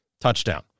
touchdown